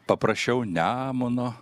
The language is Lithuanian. paprašiau nemuno